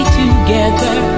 together